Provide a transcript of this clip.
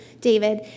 David